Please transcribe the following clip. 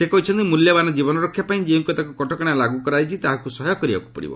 ସେ କହିଛନ୍ତି ମୂଲ୍ୟବାନ୍ କୀବନ ରକ୍ଷାପାଇଁ ଯେଉଁ କେତେକ କଟକଣା ଲାଗୁ କରାଯାଇଛି ତାକୁ ସହ୍ୟ କରିବାକୁ ପଡ଼ିବ